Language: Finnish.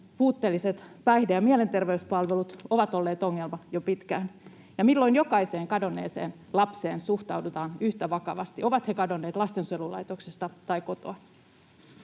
puutteelliset päihde‑ ja mielenterveyspalvelut ovat olleet ongelma jo pitkään. Ja milloin jokaiseen kadonneeseen lapseen suhtaudutaan yhtä vakavasti, ovat he kadonneet lastensuojelulaitoksesta tai kotoa?